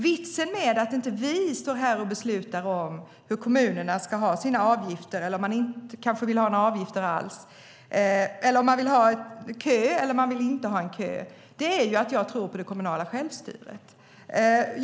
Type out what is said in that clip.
Vitsen med att inte vi står här och beslutar om hur kommunerna ska ha sina avgifter - man kanske inte vill ha några avgifter alls, eller så vill man ha en kö eller så kanske man inte vill det - är att vi har ett kommunalt självstyre, och det tror jag på.